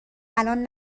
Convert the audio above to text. الان